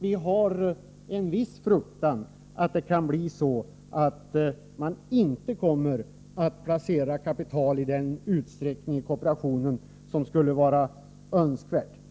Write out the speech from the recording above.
För vår del hyser vi en viss fruktan för att det inte kommer att placeras kapital i kooperationen i den utsträckning som det skulle vara önskvärt.